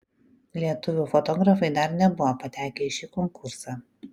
lietuviai fotografai dar nebuvo patekę į šį konkursą